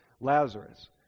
Lazarus